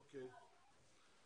אוקיי.